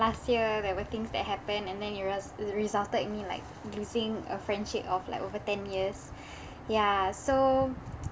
last year there were things that happen and then it res~ resulted in me like losing a friendship of like over ten years yeah so